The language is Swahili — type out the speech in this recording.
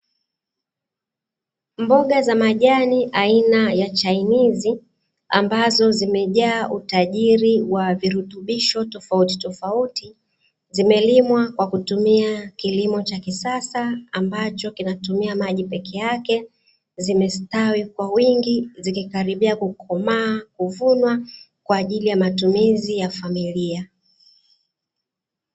Mboga za majani aina ya chainizi ambazo zimejaa utajiri wa virutubisho tofauti tofauti zimelimwa kwa kutumia kilimo cha kisasa ambacho kinatumia maji peke yake, zimestawi kwa wingi zikikaribia kukomaa, kuvunwa kwa ajili ya matumizi ya familia.